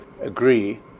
agree